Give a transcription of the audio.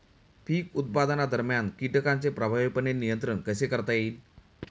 पीक उत्पादनादरम्यान कीटकांचे प्रभावीपणे नियंत्रण कसे करता येईल?